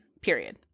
period